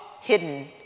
hidden